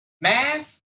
mass